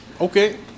Okay